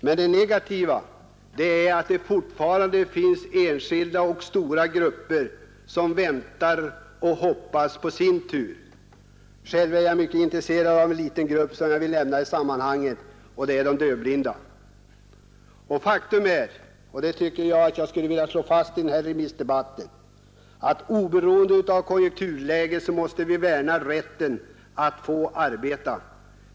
Men det negativa är att det fortfarande finns enskilda och stora grupper som väntar och hoppas på sin tur. Själv är jag mycket intresserad av en liten grupp som jag vill nämna i sammanhanget, nämligen de dövblinda. Faktum är — det vill jag slå fast här i remissdebatten — att oberoende av konjunkturläget måste vi värna rätten för människorna att få arbeta.